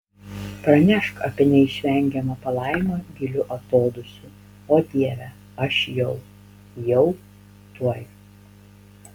pranešk apie neišvengiamą palaimą giliu atodūsiu o dieve aš jau jau tuoj